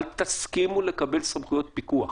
אל תסכימו לקבל סמכויות פיקוח.